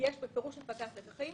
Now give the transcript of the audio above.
יש בפירוש הפקת לקחים.